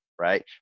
right